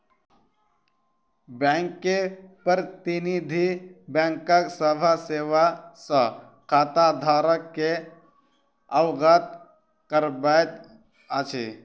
bank के प्रतिनिधि, बैंकक सभ सेवा सॅ खाताधारक के अवगत करबैत अछि